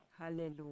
Hallelujah